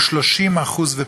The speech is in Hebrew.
הוא 30% ופחות,